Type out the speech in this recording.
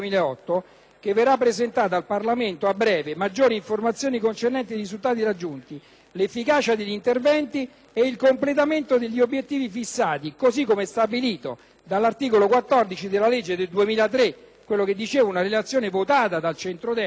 che verrà presentata al Parlamento a breve, maggiori informazioni concernenti i risultati raggiunti, l'efficacia degli interventi e il completamento degli obiettivi fissati, così come stabilito dall'articolo 14 della legge 11 agosto 2003, n. 231. È la «Relazione sulla partecipazione